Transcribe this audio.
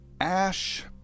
Ash